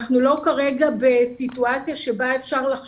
אנחנו כרגע לא בסיטואציה בה אפשר בה אפשר